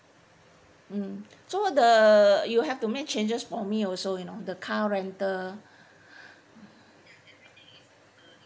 mm so the you will have to make changes for me also you know the car rental